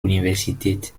universität